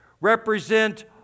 represent